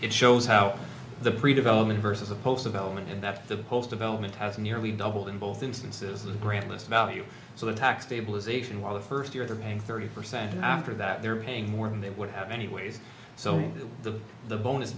it shows how the predevelopment versus a post of element and that's the post development has nearly doubled in both instances and grant less value so the tax faible ization while the first year they're paying thirty percent and after that they're paying more than they would have anyways so the the bonus